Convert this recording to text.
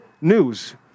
news